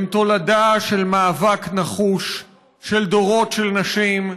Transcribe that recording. הן תולדה של מאבק נחוש של דורות של נשים.